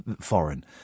foreign